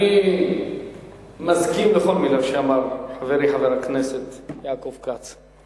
אני מסכים לכל מלה שאמר חברי חבר הכנסת יעקב כץ.